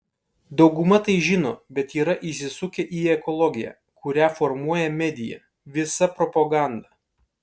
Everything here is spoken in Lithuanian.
dauguma tai žino bet yra įsisukę į ekologiją kurią formuoja medija visa propaganda